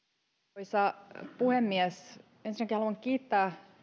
arvoisa puhemies ensinnäkin haluan kiittää